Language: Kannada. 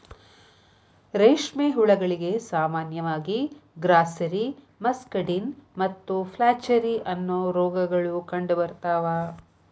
ರೇಷ್ಮೆ ಹುಳಗಳಿಗೆ ಸಾಮಾನ್ಯವಾಗಿ ಗ್ರಾಸ್ಸೆರಿ, ಮಸ್ಕಡಿನ್ ಮತ್ತು ಫ್ಲಾಚೆರಿ, ಅನ್ನೋ ರೋಗಗಳು ಕಂಡುಬರ್ತಾವ